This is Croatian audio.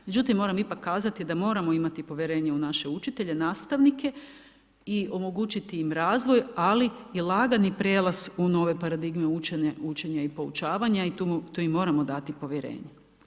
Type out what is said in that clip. Međutim moram ipak kazati da moramo imamo imati povjerenje u naše učitelje, nastavnike i omogućiti im razvoj ali i lagani prijelaz u nove paradigme učenja i poučavanja i tu im moramo dati povjerenje.